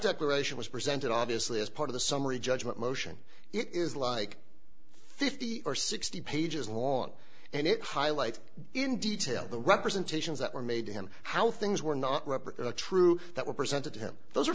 declaration was presented obviously as part of the summary judgment motion it is like fifty or sixty pages long and it highlights in detail the representations that were made to him how things were not represented a true that were presented to him those are